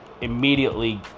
immediately